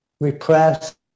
repressed